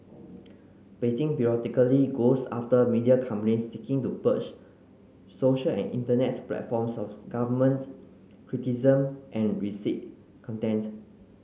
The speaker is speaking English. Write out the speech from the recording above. Beijing periodically goes after media companies seeking to purge social and internet platforms of government criticism and risque content